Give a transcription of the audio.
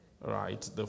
right